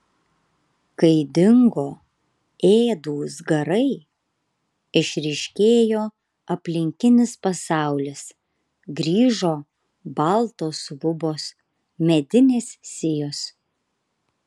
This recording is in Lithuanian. kai dingo ėdūs garai išryškėjo aplinkinis pasaulis grįžo baltos lubos medinės sijos